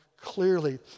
clearly